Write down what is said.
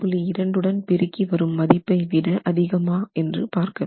2 உடன் பெருக்கி வரும் மதிப்பை விட அதிகமா என்று பார்க்க வேண்டும்